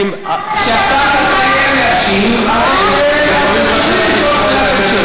כשהשר יסיים להשיב את תוכלי לשאול שאלת המשך.